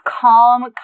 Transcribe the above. calm